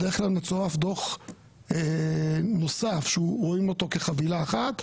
בדרך כלל מצורף דו"ח נוסף שרואים אותו כחבילה אחת,